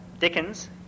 Dickens